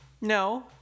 No